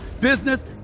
business